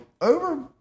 Over